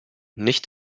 nicht